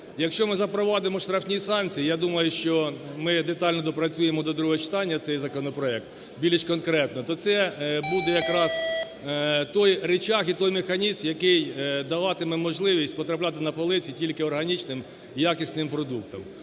Якщо ми запровадимо штрафні санкції, я думаю, що ми детально доопрацюємо до другого читання цей законопроект, більш конкретно, то це буде якраз той ричаг і той механізм, який даватиме можливість потрапляти на полиці тільки органічним якісним продуктам.